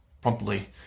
promptly